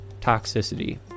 toxicity